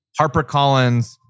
HarperCollins